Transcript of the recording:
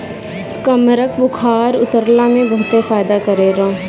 कमरख बुखार उतरला में बहुते फायदा करेला